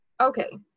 Okay